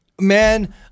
Man